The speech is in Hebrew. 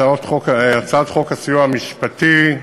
הצעת חוק הסיוע המשפטי,